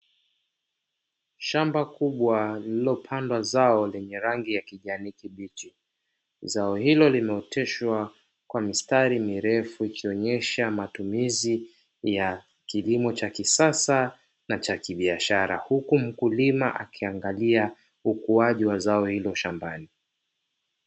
Shamba kubwa lililopandwa zao lenye rangi ya kijani kibichi, zao hilo limeoteshwa kwa mistari mirefu ikionyesha matumizi ya kilimo cha kisasa na cha kibiashra, huku mkulima akiangalia ukuaji wa zao hilo shambani.